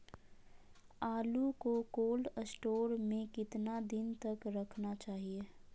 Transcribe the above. आलू को cold store में कितना दिन तक रखना चाहिए?